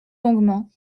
longuement